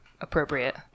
appropriate